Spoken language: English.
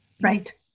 right